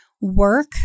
work